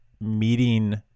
meeting